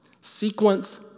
Sequence